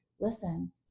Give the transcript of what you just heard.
listen